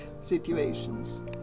situations